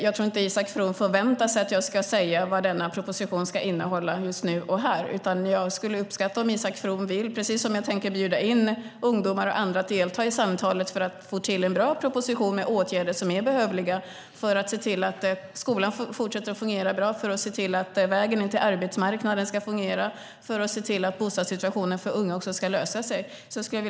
Jag tror inte att Isak From förväntar sig att jag just nu ska säga vad den propositionen kommer att innehålla. Jag tänker bjuda in ungdomar och andra för att delta i ett samtal för att få till en bra proposition med åtgärder som är behövliga för att skolan ska fortsätta att fungera bra, för att vägen till arbetsmarknaden ska fungera och för att bostadssituationen för unga ska lösas.